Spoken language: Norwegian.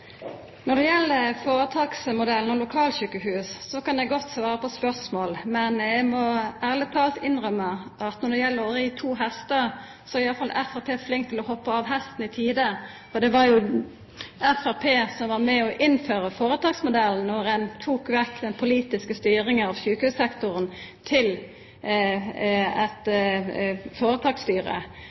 Når det gjeld føretaksmodellen og lokalsjukehus, kan eg godt svara på spørsmål. Men eg må ærleg talt innrømma at når det gjeld å ri to hestar, er iallfall Framstegspartiet flinke til å hoppa av hesten i tide, for Framstegspartiet var jo med på å innføra føretaksmodellen, då ein tok vekk den politiske styringa av sjukehussektoren og overlot det til eit føretaksstyre.